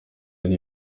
yari